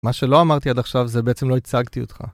מה שלא אמרתי עד עכשיו זה בעצם לא הצגתי אותך.